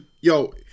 Yo